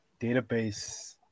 database